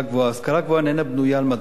השכלה גבוהה איננה בנויה על מדעי הטבע,